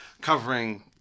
covering